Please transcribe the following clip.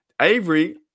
Avery